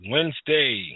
Wednesday